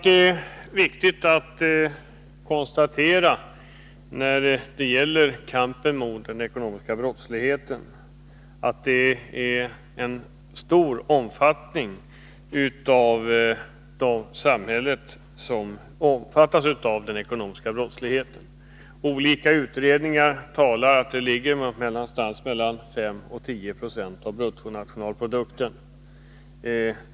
När det gäller kampen mot den ekonomiska brottsligheten tror jag det är viktigt att konstatera att denna brottslighet har mycket stor omfattning. Olika utredningar talar om mellan 5 och 10 26 av bruttonationalprodukten.